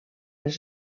els